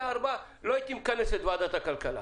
לא ב-4 - לא הייתי מכנס את ועדת הכלכלה